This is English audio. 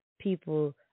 people